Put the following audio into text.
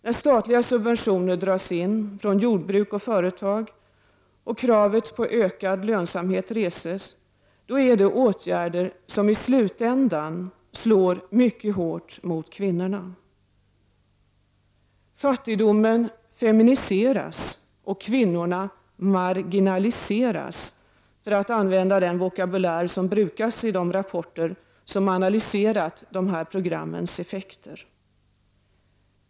När statliga subventioner dras in från jordbruk och företag och kravet på ökad lönsamhet reses, då är det åtgärder som i slutändan slår hårt mot kvinnorna. Fattigdomen feminiseras och kvinnorna marginaliseras, för att använda den vokabulär som brukas i de rapporter som analyserat strukturprogrammens effekter.